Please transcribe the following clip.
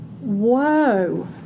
whoa